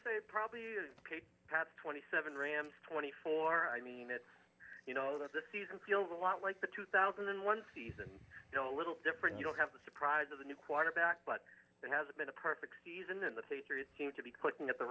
say probably twenty seven rams twenty four i mean it's you know this season feels a lot like the two thousand and one season a little different you don't have the surprise of the new quarterback but there has been a perfect season in the patriots seem to be clicking at the